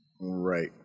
Right